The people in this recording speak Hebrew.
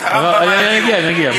את הרמב"ם על הגיור.